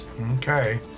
Okay